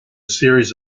series